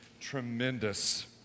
tremendous